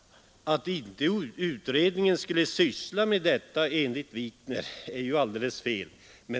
Enligt herr Wikner skulle utredningen inte syssla med detta, men det är alldeles fel.